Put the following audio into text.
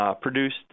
produced